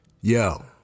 Yo